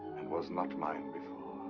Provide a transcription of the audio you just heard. and was not mine before.